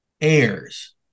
heirs